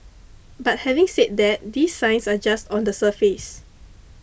but having said that these signs are just on the surface